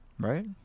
Right